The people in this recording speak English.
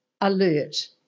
alert